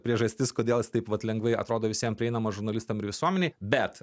priežastis kodėl jis taip pat lengvai atrodo visiems prieinamas žurnalistams ir visuomenei bet